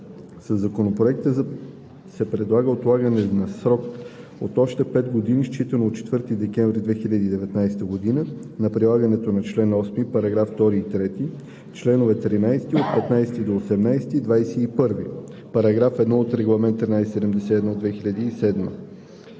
Със Законопроекта се предлага отлагане за срок от още 5 години, считано от 4 декември 2019 г., на прилагането на чл. 8, параграфи 2 и 3, членове 13, 15 – 18, 21, § 1 от Регламент (ЕО) 1371/2007.